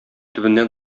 төбеннән